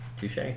Touche